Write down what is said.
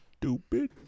stupid